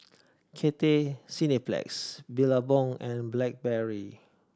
Cathay Cineplex Billabong and Blackberry